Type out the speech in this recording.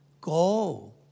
Go